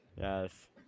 Yes